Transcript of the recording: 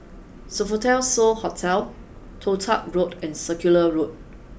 Sofitel So Hotel Toh Tuck Road and Circular Road